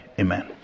Amen